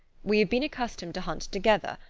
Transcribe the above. we have been accustomed to hunt together,